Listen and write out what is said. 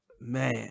man